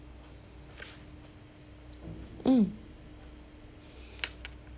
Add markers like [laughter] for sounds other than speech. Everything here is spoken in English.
mm [breath]